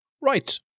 Right